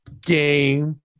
Game